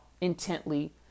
intently